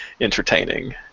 entertaining